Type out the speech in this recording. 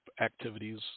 activities